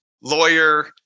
lawyer